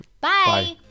Bye